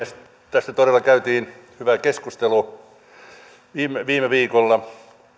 tästä todella käytiin hyvä keskustelu viime viikolla